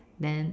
then